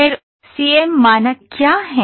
CAD CAM मानक क्या हैं